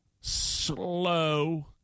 slow